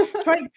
try